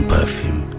perfume